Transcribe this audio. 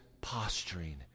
posturing